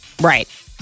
Right